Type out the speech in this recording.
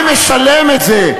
מס ערך מוסף, מי משלם את זה?